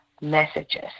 messages